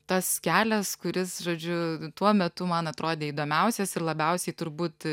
tas kelias kuris žodžiu tuo metu man atrodė įdomiausias ir labiausiai turbūt